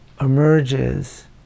emerges